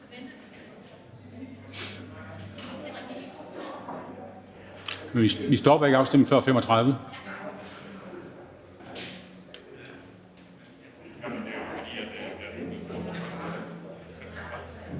Vi stopper ikke afstemningen før kl.